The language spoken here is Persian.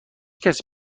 کسی